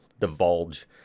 divulge